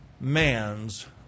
man's